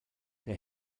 der